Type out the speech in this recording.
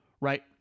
Right